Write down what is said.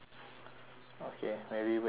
okay maybe wait for yours